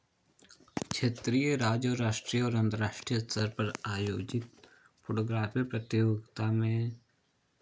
क्षेत्रीय राज्य और राष्ट्रीय और अंतर्राष्ट्रीय स्तर पर आयोजित फोटोग्राफी प्रतियोगिता में